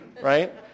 Right